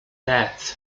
deaths